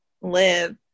live